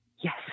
Yes